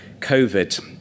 COVID